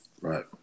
Right